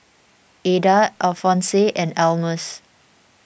Adah Alphonse and Almus